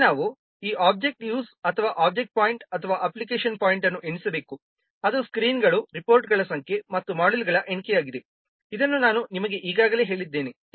ಇಲ್ಲಿ ನಾವು ಈ ಒಬ್ಜೆಕ್ಟ್ ಯೂಸ್ ಅಥವಾ ಒಬ್ಜೆಕ್ಟ್ ಪಾಯಿಂಟ್ ಅಥವಾ ಅಪ್ಲಿಕೇಶನ್ ಪಾಯಿಂಟ್ ಅನ್ನು ಎಣಿಸಬೇಕು ಅದು ಸ್ಕ್ರೀನ್ಗಳು ರಿಪೋರ್ಟ್ಗಳ ಸಂಖ್ಯೆ ಮತ್ತು ಮಾಡ್ಯೂಲ್ಗಳ ಎಣಿಕೆಯಾಗಿದೆ ಇದನ್ನು ನಾನು ನಿಮಗೆ ಈಗಾಗಲೇ ಹೇಳಿದ್ದೇನೆ